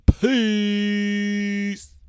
peace